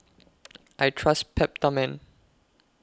I Trust Peptamen